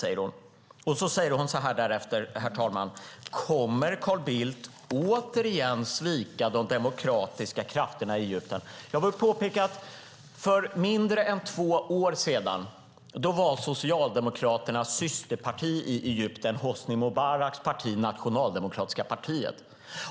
Sedan säger hon så här: Kommer Carl Bildt återigen att svika de demokratiska krafterna i Egypten? Jag vill påpeka att för mindre än två år sedan var Socialdemokraternas systerparti i Egypten Hosni Mubaraks parti, Nationaldemokratiska partiet.